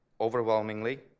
overwhelmingly